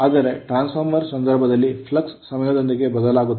ಆದರೆ transformer ಸಂದರ್ಭದಲ್ಲಿ flux ಸಮಯದೊಂದಿಗೆ ಬದಲಾಗುತ್ತದೆ